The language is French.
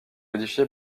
modifié